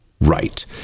Right